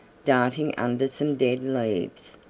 darting under some dead leaves.